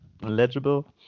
legible